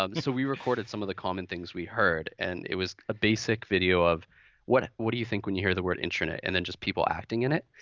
um so we recorded some of the common things we heard. and it was a basic video of what what do you think when you hear the word intranet, and then just people acting in it.